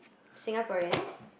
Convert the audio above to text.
Singaporeans